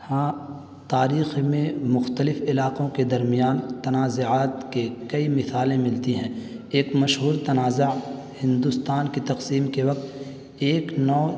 ہاں تاریخ میں مختلف علاقوں کے درمیان تنازعات کے کئی مثالیں ملتی ہیں ایک مشہور تنازعہ ہندوستان کی تقسیم کے وقت ایک نو